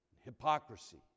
hypocrisy